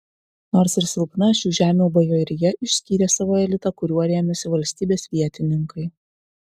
nors ir silpna šių žemių bajorija išskyrė savo elitą kuriuo rėmėsi valstybės vietininkai